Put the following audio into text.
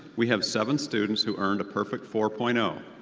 we have seven students who earned a perfect four point um